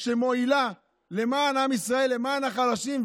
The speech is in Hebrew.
שמועילה לעם ישראל ולחלשים,